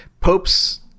Pope's